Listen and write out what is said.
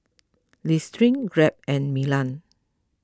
Listerine Grab and Milan